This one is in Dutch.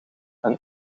een